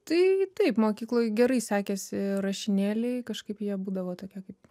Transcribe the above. tai taip mokykloj gerai sekėsi rašinėliai kažkaip jie būdavo tokie kaip